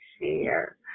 share